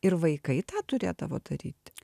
ir vaikai tą turėdavo daryti